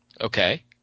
Okay